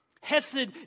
Hesed